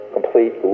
Complete